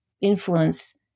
influence